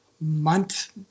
month